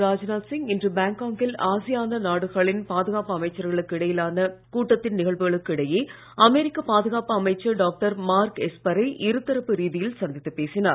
ராஜ்நாத் சிங் இன்று பேங்காக்கில் ஆசியான் நாடுகளின் பாதுகாப்பு அமைச்சர்களுக்கு இடையிலான கூட்டத்தின் நிகழ்வுகளுக்கு இடையே அமெரிக்க பாதுகாப்பு அமைச்சர் டாக்டர் மார்க் எஸ்பரை இருதரப்பு ரீதியில் சந்தித்துப் பேசினார்